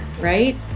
right